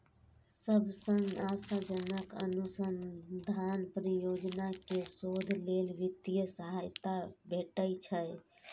सबसं आशाजनक अनुसंधान परियोजना कें शोध लेल वित्तीय सहायता भेटै छै